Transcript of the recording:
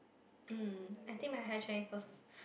mm I think my high Chinese was